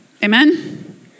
Amen